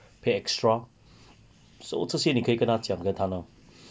pay extra so 这些你可以跟他讲跟他 lor